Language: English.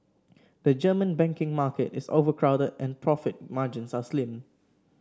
the German banking market is overcrowded and profit margins are slim